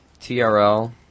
TRL